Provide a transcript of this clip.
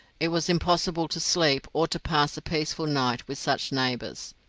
it was impossible to sleep or to pass a peaceful night with such neighbours,